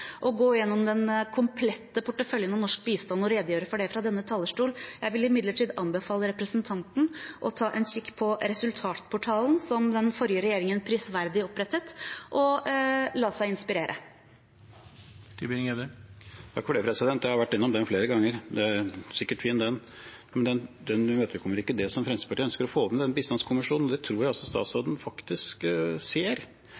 gå gjennom den komplette porteføljen om norsk bistand og redegjøre for det fra denne talerstol nå. Jeg vil imidlertid anbefale representanten å ta en kikk på resultatportalen som den forrige regjeringen prisverdig opprettet, og la seg inspirere. Jeg har vært innom den flere ganger. Den er sikkert fin, den. Men den imøtekommer ikke det som Fremskrittspartiet ønsker å få med i den bistandskommisjonen, og det tror jeg også statsråden faktisk ser.